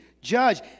judge